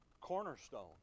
cornerstone